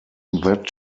that